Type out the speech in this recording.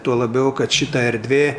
tuo labiau kad šita erdvė